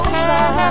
fly